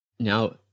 Now